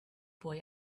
boy